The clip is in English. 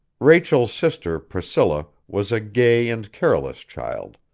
rachel's sister, priscilla, was a gay and careless child.